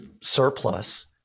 surplus